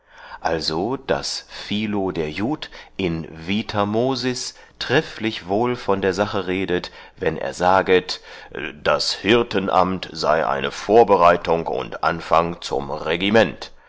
also daß philo der jud in vita moysis trefflich wohl von der sache redet wann er saget das hirtenamt sei eine vorbereitung und anfang zum regiment